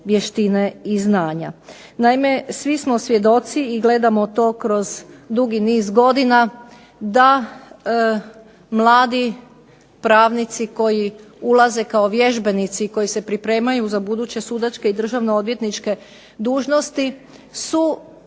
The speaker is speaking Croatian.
Naime, svi smo svjedoci i gledamo to kroz dugi niz godina da mladi pravnici koji ulaze kao vježbenici i koji se pripremanju za buduće sudačke i državno odvjetničke dužnosti su